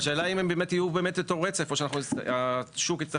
השאלה אם הן באמת יהיו אותו רצף או שהשוק יצטרך